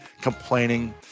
complaining